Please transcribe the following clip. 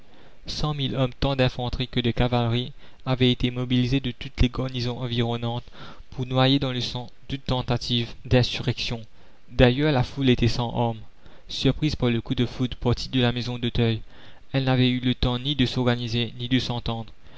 mille hommes tant d'infanterie que de cavalerie avaient été mobilisés de toutes les garnisons environnantes pour noyer dans le sang toute tentative la commune d'insurrection d'ailleurs la foule était sans armes surprise par le coup de foudre parti de la maison d'auteuil elle n'avait eu le temps ni de s'organiser ni de s'entendre